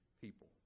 people